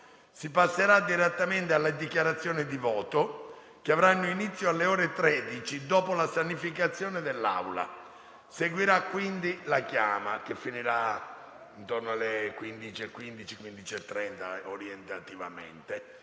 Si passerà direttamente alle dichiarazioni di voto, che avranno inizio alle ore 13, dopo la sanificazione dell'Aula. Seguirà quindi la chiama, che si concluderà orientativamente